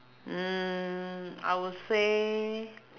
mm I will say